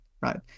right